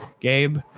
Gabe